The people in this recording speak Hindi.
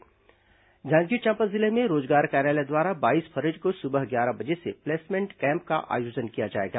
जांजगीर चांपा जिले में रोजगार कार्यालय द्वारा बाईस फरवरी को सुबह ग्यारह बजे से प्लेसमेंट कैम्प का आयोजन किया जाएगा